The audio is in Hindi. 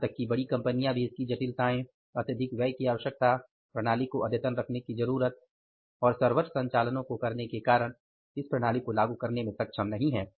यहाँ तक की बड़ी कंपनियां भी इसकी जटिलताएं अत्यधिक व्यय की आवश्यकता प्रणाली को अद्यतन रखने की जरुरत और सर्वश्रेष्ठ संचालनो को करने के कारण इस प्रणाली को लागू करने में सक्षम नहीं है